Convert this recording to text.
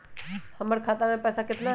हमर खाता मे पैसा केतना है?